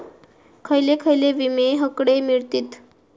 खयले खयले विमे हकडे मिळतीत?